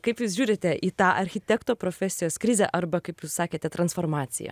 kaip jūs žiūrite į tą architekto profesijos krizę arba kaip jūs sakėte transformaciją